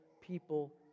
people